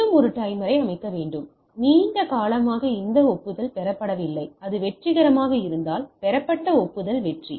மீண்டும் ஒரு டைமரை அமைக்கவும் நீண்ட காலமாக இந்த ஒப்புதல் பெறப்படவில்லை அது வெற்றிகரமாக இருந்தால் பெறப்பட்ட ஒப்புதல் வெற்றி